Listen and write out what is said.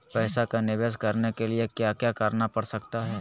पैसा का निवेस करने के लिए क्या क्या करना पड़ सकता है?